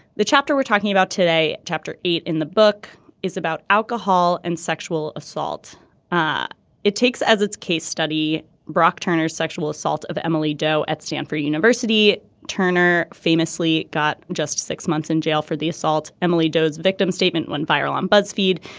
the chapter we're talking about today chapter eight in the book is about alcohol and sexual assault ah it takes as its case study brock turner's sexual assault of emily doerr at stanford university. turner famously got just six months in jail for the assault. emily doe's victim statement went viral on buzzfeed.